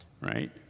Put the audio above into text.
right